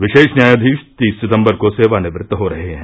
विशेष न्यायाधीश तीस सितम्बर को सेवानिवृत्त हो रहे हैं